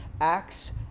Acts